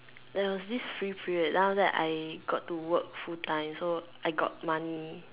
there was this free period then after that I got to work full time so I got money